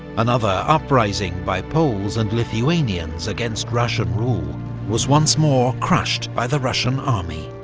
another uprising by poles and lithuanians against russian rule was once more crushed by the russian army.